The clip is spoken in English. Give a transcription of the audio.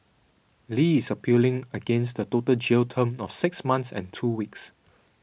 Li is appealing against the total jail term of six months and two weeks